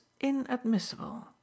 inadmissible